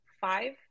five